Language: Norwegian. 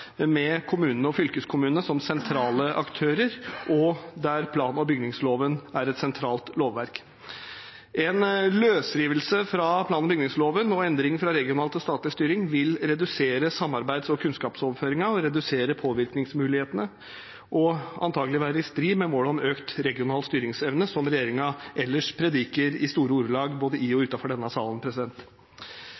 med kommunene og fylkeskommunene som sentrale aktører og med plan- og bygningsloven som et sentralt lovverk. En løsrivelse fra plan- og bygningsloven og endring fra regional til statlig styring vil redusere samarbeids- og kunnskapsoverføringen, redusere påvirkningsmulighetene og antagelig være i strid med målet om økt regional styringsevne, som regjeringen ellers prediker om i store ordelag, både i og